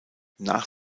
nach